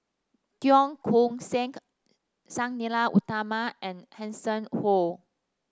Cheong Koon Seng Sang Nila Utama and Hanson Ho